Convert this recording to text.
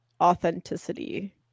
authenticity